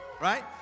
Right